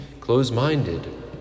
close-minded